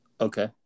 Okay